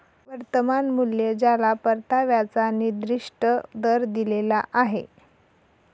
वर्तमान मूल्य ज्याला परताव्याचा निर्दिष्ट दर दिलेला आहे